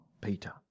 Peter